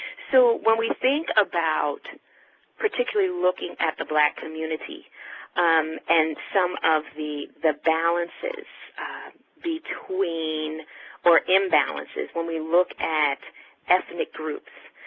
so when we think about particularly looking at the black community and some of the the balances between or imbalances when we look at ethnic groups,